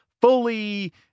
fully